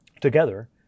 Together